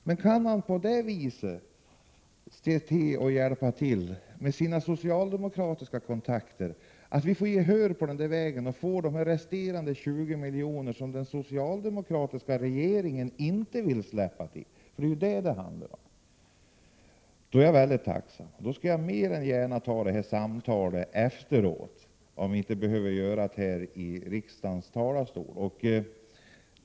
Jag vore tacksam om Sven Lundberg kunde hjälpa till genom sina socialdemokratiska kontakter, så att vi får gehör för våra krav och får de resterande 20 miljoner som den socialdemokratiska regeringen inte vill släppa till. Det är vad det handlar om. Jag skall mer än gärna ta detta samtal efter debatten, så att vi inte behöver föra det här i kammaren.